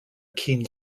keen